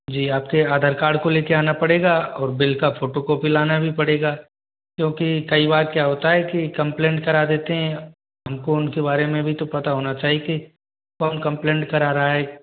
जी आपके आधार कार्ड को लेके आना पड़ेगा और बिल का फोटोकॉपी लाना भी पड़ेगा क्योंकि कई बार क्या होता है कि कंप्लैन करा देते हैं हमको उनके बारे में भी तो पता होना चाहिए कि कौन कंप्लैन करा रहा है